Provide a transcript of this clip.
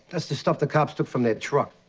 that's the stuff the cops took from their truck.